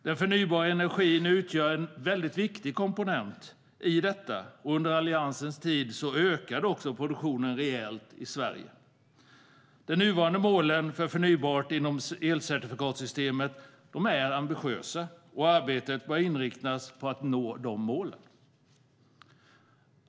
Den förnybara energin utgör en väldigt viktig komponent i detta. Under Alliansens tid ökade också produktionen rejält i Sverige. De nuvarande målen för förnybart inom elcertifikatssystemet är ambitiösa, och arbetet bör inriktas på att nå de målen.